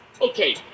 okay